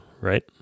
right